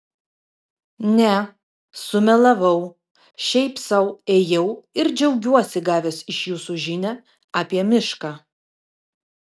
ne sumelavau šiaip sau ėjau ir džiaugiuosi gavęs iš jūsų žinią apie mišką